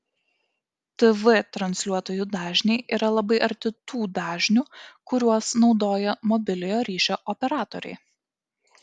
tv transliuotojų dažniai yra labai arti tų dažnių kuriuos naudoja mobiliojo ryšio operatoriai